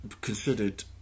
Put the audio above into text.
considered